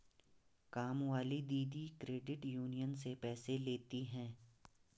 कामवाली दीदी credit union से पैसे लेती हैं